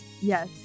yes